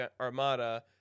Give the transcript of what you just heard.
Armada